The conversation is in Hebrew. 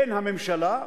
בין הממשלה,